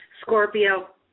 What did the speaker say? Scorpio